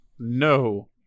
No